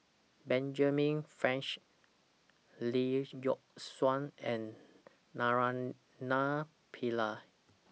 Benjamin Franks Lee Yock Suan and Naraina Pillai